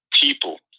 people